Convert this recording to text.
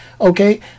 okay